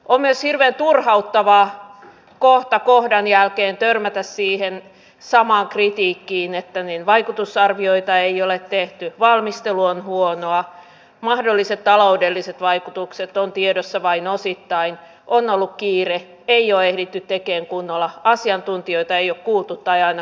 on myös hirveän turhauttavaa kohta kohdan jälkeen törmätä siihen samaan kritiikkiin että vaikutusarvioita ei ole tehty valmistelu on huonoa mahdolliset taloudelliset vaikutukset ovat tiedossa vain osittain on ollut kiire ei ole ehditty tekemään kunnolla asiantuntijoita ei ole kuultu tai ei ainakaan kuunneltu